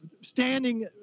standing